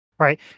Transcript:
Right